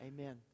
Amen